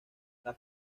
las